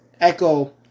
echo